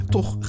Toch